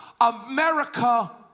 America